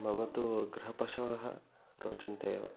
मम तु गृहपशवः रोचन्ते एव